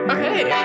Okay